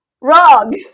Wrong